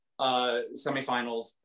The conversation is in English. semifinals